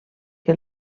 que